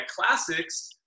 classics